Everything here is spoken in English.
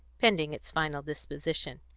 pending its final disposition.